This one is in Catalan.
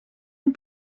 amb